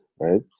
right